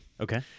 Okay